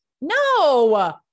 no